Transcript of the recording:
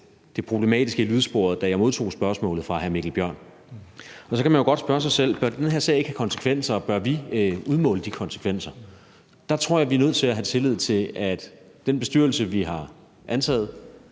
det problematiske i lydsporet, da jeg modtog spørgsmålet fra hr. Mikkel Bjørn. Så kan man jo godt spørge sig selv: Bør den her sag ikke have konsekvenser? Og bør vi udmåle de konsekvenser? Der tror jeg, at vi er nødt til at have tillid til, at den bestyrelse, vi har antaget,